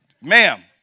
ma'am